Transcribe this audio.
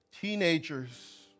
Teenagers